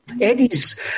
Eddie's